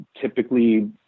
typically